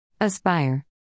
Aspire